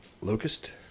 locust